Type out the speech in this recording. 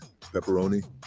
pepperoni